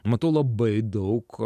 matau labai daug